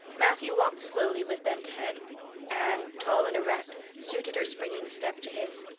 matthew walked slowly with bent head anne, tall and erect, suited her springing step to his.